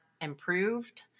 improved